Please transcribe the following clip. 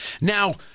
Now